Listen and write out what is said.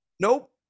Nope